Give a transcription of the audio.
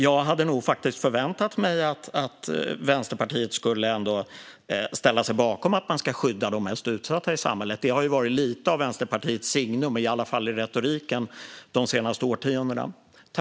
Jag hade nog förväntat mig att Vänsterpartiet ändå skulle ställa sig bakom att man ska skydda de mest utsatta i samhället. Det har varit lite av Vänsterpartiets signum, i varje fall i retoriken de senaste årtiondena.